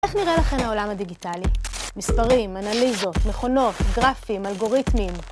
איך נראה לכם העולם הדיגיטלי? מספרים, אנליזות, מכונות, גרפים, אלגוריתמים